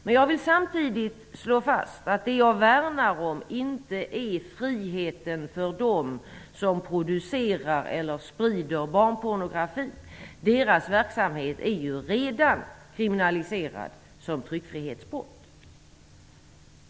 Men jag vill samtidigt slå fast att det jag värnar om inte är friheten för dem som producerar eller sprider barnpornografi. Deras verksamhet är ju redan kriminaliserad som tryckfrihetsbrott.